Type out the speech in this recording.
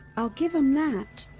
i'll give him that.